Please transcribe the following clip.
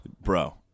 Bro